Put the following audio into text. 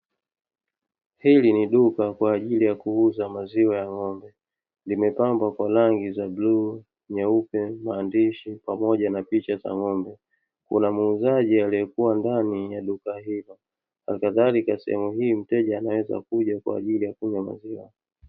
Hili ni duka kwa ajili ya kuuza maziwa ya ng'ombe, limepambwa kwa rangi ya bluu, nyeupe, maandishi pamoja na picha za ng'ombe. Kuna muuzaji aliyekuwa ndani ya duka hilo, hali kadhalika sehemu hii mteja anaweza kuja kwa ajili ya kunywa maziwa.